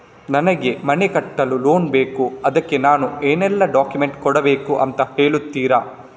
ನನಗೆ ಮನೆ ಕಟ್ಟಲು ಲೋನ್ ಬೇಕು ಅದ್ಕೆ ನಾನು ಏನೆಲ್ಲ ಡಾಕ್ಯುಮೆಂಟ್ ಕೊಡ್ಬೇಕು ಅಂತ ಹೇಳ್ತೀರಾ?